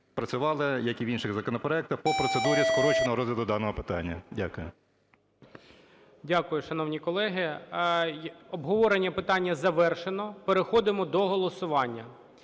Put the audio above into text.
працювали, як і в інших законопроектах, по процедурі скороченого розгляду даного питання. Дякую. ГОЛОВУЮЧИЙ. Дякую, шановні колеги. Обговорення питання завершено, переходимо до голосування.